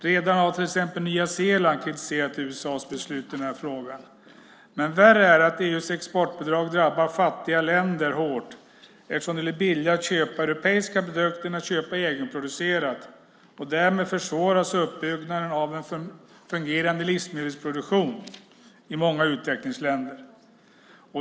Redan har till exempel Nya Zeeland kritiserat USA:s beslut i frågan. Men värre är att EU:s exportbidrag drabbar fattiga länder hårt eftersom det blir billigare att köpa europeiska produkter än att köpa egenproducerat. Därmed försvåras uppbyggnaden av en fungerande livsmedelsproduktion i många utvecklingsländer.